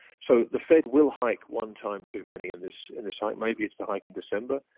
so the fed will hike one time too many in this in this ah maybe it's the hike in december.